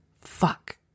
Fuck